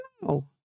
No